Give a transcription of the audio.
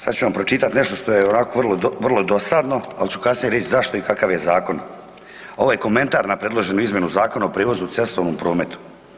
Sad ću vam pročitat nešto što je onako vrlo dosadno, al ću kasnije reć zašto i kakav je zakon, ovaj komentar na predloženu izmjenu zakona o prijevozu u cestovnom prometu.